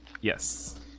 Yes